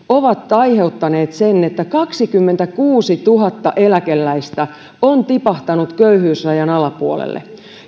ovat aiheuttaneet sen että kaksikymmentäkuusituhatta eläkeläistä on tipahtanut köyhyysrajan alapuolelle